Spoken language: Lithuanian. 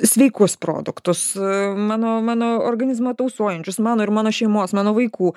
sveikus produktusmano mano organizmą tausojančius mano ir mano šeimos mano vaikų